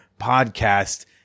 podcast